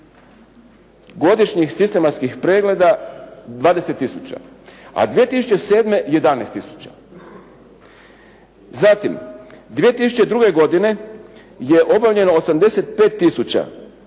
godišnjih sistematskih pregleda 20 tisuća a 2007. 11 tisuća. Zatim, 2002. godine je obavljeno 85